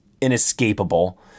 inescapable